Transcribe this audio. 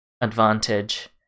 advantage